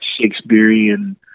shakespearean